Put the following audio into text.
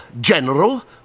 General